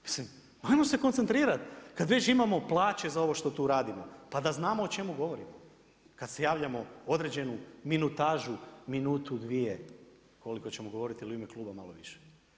Mislim pa ajmo se koncentrirati kada već imamo plaće za ovo što tu radimo pa znamo o čemu govorimo kada se javljamo određenu minutažu, minutu, dvije koliko ćemo govoriti ili u ime kluba malo više.